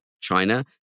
China